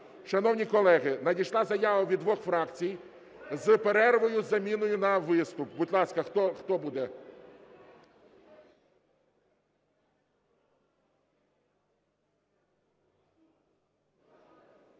Шановні колеги, надійшла заява від двох фракцій з перервою з заміною на виступ. Будь ласка, хто буде?